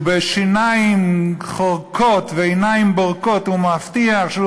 ובשיניים חורקות ועיניים בורקות הוא מבטיח שהוא